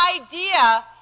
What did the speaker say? idea